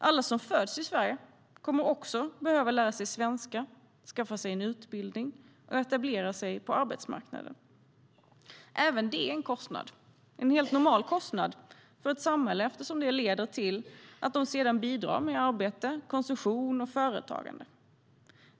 Alla som föds i Sverige kommer också att behöva lära sig svenska, skaffa sig en utbildning och etablera sig på arbetsmarknaden. Även detta är en kostnad - en helt normal kostnad för ett samhälle eftersom det leder till att de sedan bidrar med arbete, konsumtion och företagande.